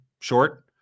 short